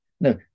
no